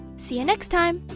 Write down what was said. see you next time!